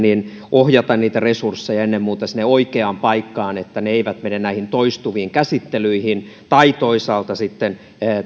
ohjata niitä resursseja ennen muuta sinne oikeaan paikkaan että ne eivät mene näihin toistuviin käsittelyihin tai toisaalta sitten